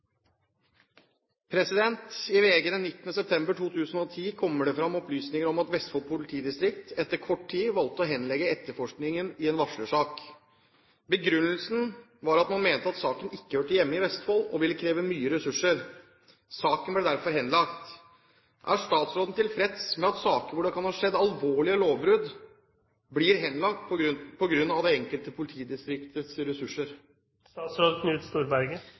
september 2010 kommer det frem opplysninger om at Vestfold politidistrikt etter kort tid valgte å henlegge etterforskningen i en varslersak. Begrunnelsen var at man mente at saken ikke hørte hjemme i Vestfold og ville kreve mye ressurser. Saken ble derfor henlagt. Er statsråden tilfreds med at saker hvor det kan ha skjedd alvorlige lovbrudd, blir henlagt på grunn av det enkelte